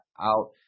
out